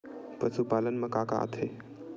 पशुपालन मा का का आथे?